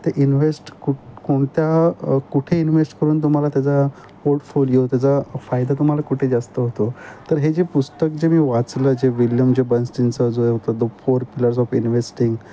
ते इन्व्हेस्ट कुठं कोणत्या कुठे इन्व्हेस्ट करून तुम्हाला त्याचा पोर्टफोलिओ त्याचा फायदा तुम्हाला कुठे जास्त होतो तर हे जे पुस्तक जे मी वाचलं जे विल्यम जे बन्स्टिंचा जो होतो the four pillars of investing